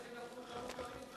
גם אנחנו צריכים לקום כמה פעמים, ?